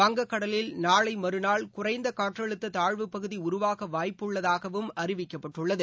வங்கக்கடலில் நாளை மறுநாள் குறைந்த காற்றழுத்த தாழ்வுப்பகுதி உருவாக வாய்ப்புள்ளதாகவும் அறிவிக்கப்பட்டுள்ளது